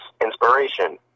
inspiration